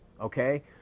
okay